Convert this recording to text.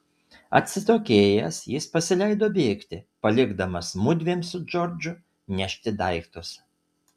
atsitokėjęs jis pasileido bėgti palikdamas mudviem su džordžu nešti daiktus